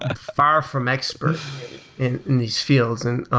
ah far from expert in these fields. and